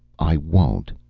i won't.